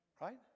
Right